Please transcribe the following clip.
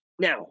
now